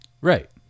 Right